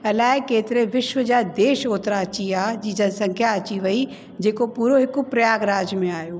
अलाए केतिरे विश्व जा देश ओतिरा अची विया जी जा संख्या अची वई जेको पूरो हिकु प्रयागराज में आहियो